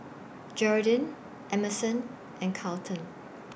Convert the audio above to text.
Geraldine Emerson and Carleton